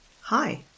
Hi